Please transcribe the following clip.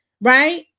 right